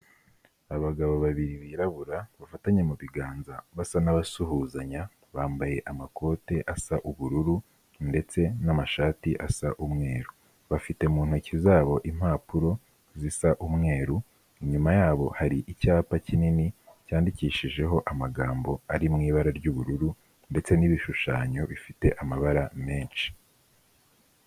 Abagabo babiri birabura bafatanye mu biganza basa n'abasuhuzanya bambaye amakote asa ubururu ndetse n'amashati asa umweru, bafite mu ntoki zabo impapuro zisa umweru, inyuma yabo hari icyapa kinini cyandikishijeho amagambo ari mu ibara ry'ubururu ndetse n'ibishushanyo bifite amabara menshi.